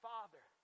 Father